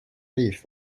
leaf